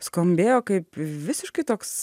skambėjo kaip visiškai toks